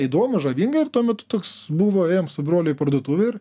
įdomu žavinga ir tuo metu toks buvo ėjom su broliu į parduotuvę ir